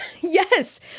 Yes